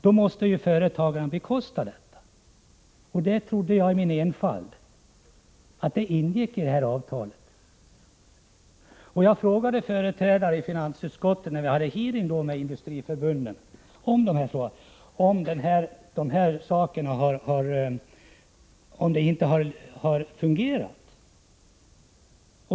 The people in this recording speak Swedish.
Då måste företagen bekosta detta, och jag trodde i min enfald att det ingick i detta avtal. När vi hade en hearing med Industriförbundet frågade jag företrädare för finansutskottet om inte avtalet har fungerat.